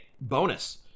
bonus